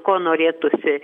ko norėtųsi